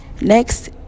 Next